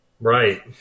Right